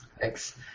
Thanks